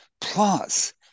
Plus